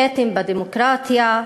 כתם בדמוקרטיה,